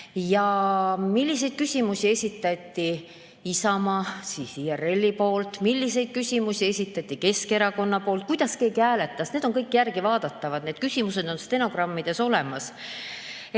milliseid küsimusi esitas Isamaa, siis IRL, milliseid küsimusi esitas Keskerakond ja kuidas keegi hääletas. Need on kõik järelevaadatavad, need küsimused on stenogrammides olemas.